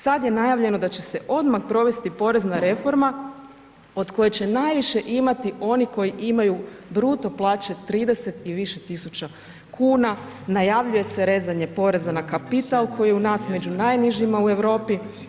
Sad je najavljeno da će se odmah provesti porezna reforma od koje će najviše imati oni koji imaju bruto plaće 30 000 i više tisuća kuna, najavljuje se rezanje poreza na kapital koji je u nas među najnižima u Europi.